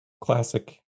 classic